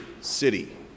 city